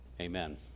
Amen